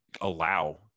allow